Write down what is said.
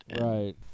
Right